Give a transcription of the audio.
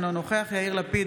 אינו נוכח יאיר לפיד,